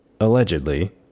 allegedly